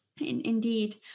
Indeed